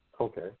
Okay